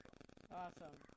Awesome